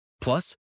Plus